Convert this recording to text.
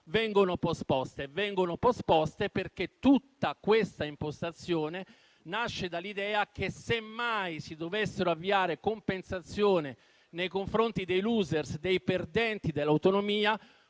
vengono posposte perché tutta questa impostazione nasce dall'idea che se mai si dovessero avviare compensazioni nei confronti dei *loser*, dei perdenti dell'autonomia,